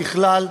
ככלל,